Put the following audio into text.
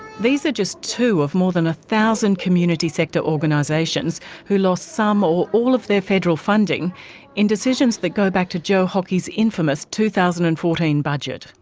these are just two of more than a thousand community sector organisations who lost some or all of their federal funding in decisions that go back to joe hockey's infamous two thousand and fourteen budget.